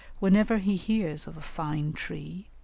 whenever he hears of a fine tree,